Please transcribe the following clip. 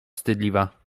wstydliwa